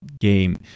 game